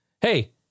Hey